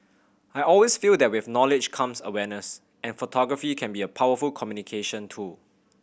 I always feel that with knowledge comes awareness and photography can be a powerful communication tool